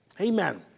Amen